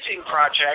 project